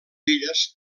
filles